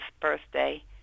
birthday